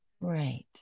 Right